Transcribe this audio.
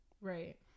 Right